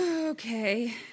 Okay